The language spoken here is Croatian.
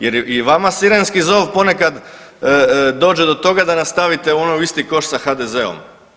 Jer i vama sirenski zov ponekad dođe do toga da nas stavite ono u isti koš sa HDZ-om.